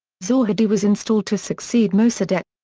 zahedi was installed to succeed mosaddegh.